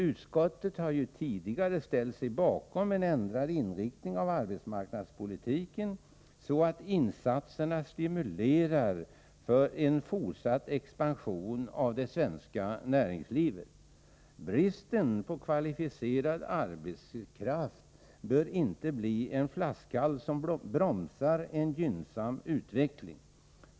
Utskottet har tidigare ställt sig bakom en ändrad inriktning av arbetsmarknadspolitiken, så att insatserna stimulerar en fortsatt expansion av det svenska näringslivet. Bristen på kvalificerad arbetskraft bör inte få bli en flaskhals som bromsar en gynnsam utveckling.